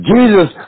Jesus